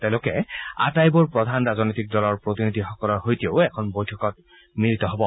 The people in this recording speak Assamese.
তেওঁলোকে আটাইবোৰ প্ৰধান ৰাজনৈতিক দলৰ প্ৰতিনিধিসকলৰ সৈতেও বৈঠকত মিলিত হ'ব